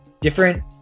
different